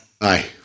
Aye